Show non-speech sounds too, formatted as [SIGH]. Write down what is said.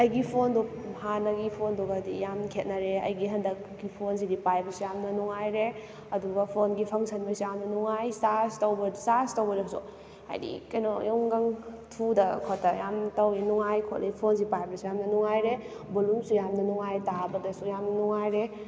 ꯑꯩꯒꯤ ꯐꯣꯟꯗꯣ ꯍꯥꯟꯅꯒꯤ ꯐꯣꯟꯗꯨꯒꯗꯤ ꯌꯥꯝꯅ ꯈꯦꯅꯔꯦ ꯑꯩꯒꯤ ꯍꯟꯗꯛꯀꯤ ꯐꯣꯟꯁꯤꯗꯤ ꯄꯥꯏꯕꯁꯨ ꯌꯥꯝꯅ ꯅꯨꯡꯉꯥꯏꯔꯦ ꯑꯗꯨꯒ ꯐꯣꯟꯒꯤ ꯐꯪꯁꯟꯃꯩꯁꯨ ꯌꯥꯝꯅ ꯅꯨꯡꯉꯥꯏ ꯆꯥꯔꯖ ꯇꯧꯒꯗꯕꯁꯨ ꯍꯥꯏꯗꯤ ꯀꯩꯅꯣ [UNINTELLIGIBLE] ꯊꯨꯗ ꯈꯣꯠꯇ ꯌꯥꯝ ꯇꯧꯏ ꯅꯨꯡꯉꯥꯏ ꯈꯣꯠꯂꯤ ꯐꯣꯟꯁꯤ ꯄꯥꯏꯕꯗꯁꯨ ꯌꯥꯝꯅ ꯅꯨꯡꯉꯥꯏꯔꯦ ꯕꯣꯂꯨꯝꯁꯨ ꯌꯥꯝꯅ ꯅꯨꯡꯉꯥꯏ ꯇꯥꯕꯗꯁꯨ ꯌꯥꯝꯅ ꯅꯨꯡꯉꯥꯏꯔꯦ